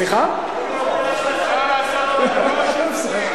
כבוד היושב-ראש,